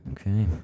Okay